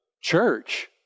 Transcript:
church